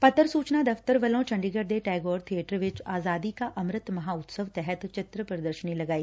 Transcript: ਪੱਤਰ ਸੂਚਨਾ ਦਫ਼ਤਰ ਵੱਲੋਂ ਚੰਡੀਗੜੁ ਦੇ ਟੈਗੋਰ ਬੀਏਟਰ ਵਿਚ ਆਜ਼ਾਦੀ ਕਾ ਅੰਮ੍ਰਿਤ ਮਹਾਂਉਤਸਵ ਤਹਿਤ ਚਿੱਤਰ ਪ੍ਰਦਰਸ਼ਨੀ ਲਗਾਈ